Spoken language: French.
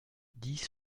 dix